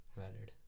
valid